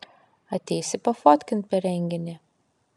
ateisi pafotkint per renginį